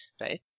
right